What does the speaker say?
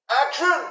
action